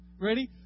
Ready